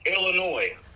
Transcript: Illinois